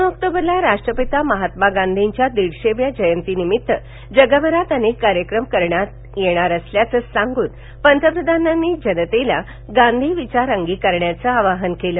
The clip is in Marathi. दोन ऑक्टोबरला राष्ट्रपिता महात्मा गांधींजींच्या दीडशेव्या जयंतीनिमित्त जगभरात अनेक कार्यक्रम करण्यात येणार असल्याचे सांगुन पंतप्रधानांनी जनतेला गांधी विचार अंगिकारण्याचं आवाहन केलं